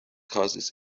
causes